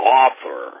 author